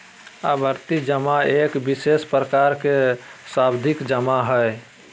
आवर्ती जमा एक विशेष प्रकार के सावधि जमा हइ